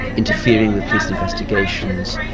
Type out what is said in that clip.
interfering with police investigations,